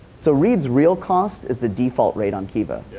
so reidis real cost is the default rate on kiva.